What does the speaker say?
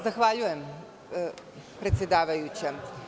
Zahvaljujem, predsedavajuća.